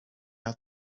out